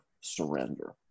surrender